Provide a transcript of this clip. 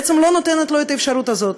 היא בעצם לא נותנת לו את האפשרות הזאת?